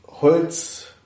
Holz